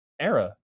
era